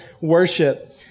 worship